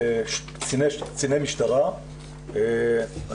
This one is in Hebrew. קציני משטרה,